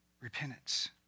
repentance